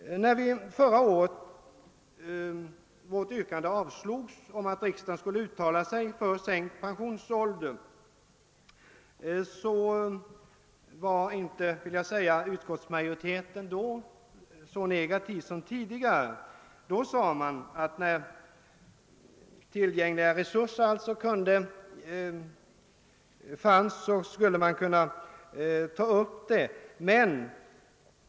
När vårt yrkande om att riksdagen skulle uttala sig för sänkt pensionsålder förra året avstyrktes, var inte utskottsmajoriteten så negativ som tidigare. Då sade man att man när tillgängliga resurser fanns skulle man kunna ta upp saken.